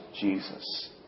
Jesus